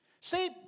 See